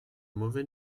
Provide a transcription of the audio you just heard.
mauvais